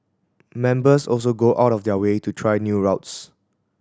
members also go out of their way to try new routes